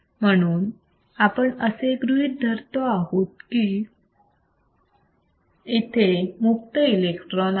म्हणून आपण असे गृहीत धरतो आहोत की इथे मुक्त इलेक्ट्रॉन्स आहे